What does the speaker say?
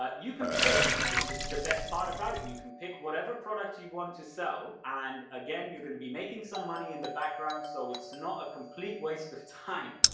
ah you can pick! this is the best part about it. you can pick whatever product you want to sell so and again you're going to be making some money in the background so it's not a complete waste of time!